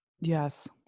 Yes